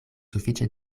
sufiĉe